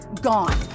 gone